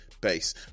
base